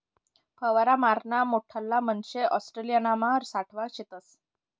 फवारा माराना मोठल्ला मशने ऑस्ट्रेलियामा सावठा शेतस